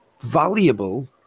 valuable